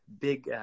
big